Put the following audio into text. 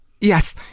Yes